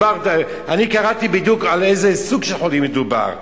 אני קראתי בדיוק על איזה סוג של חולים מדובר.